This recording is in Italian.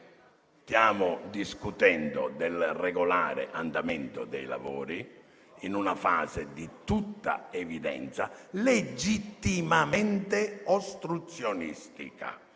stiamo discutendo del regolare andamento dei lavori in una fase di tutta evidenza legittimamente ostruzionistica.